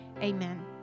Amen